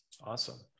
Awesome